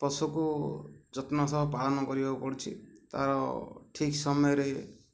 ପଶୁକୁ ଯତ୍ନ ସହ ପାଳନ କରିବାକୁ ପଡ଼ୁଛି ତା'ର ଠିକ୍ ସମୟରେ